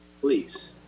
please